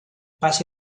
passi